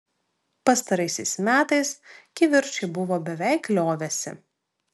pastaraisiais metais kivirčai buvo beveik liovęsi